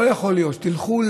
לא יכול להיות שתלכו,